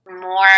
more